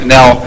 Now